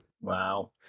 Wow